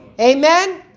Amen